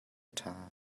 ṭha